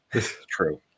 True